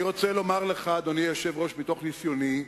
אני רוצה לומר לך, אדוני היושב-ראש, מתוך ניסיוני,